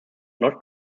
not